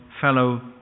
fellow